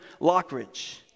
Lockridge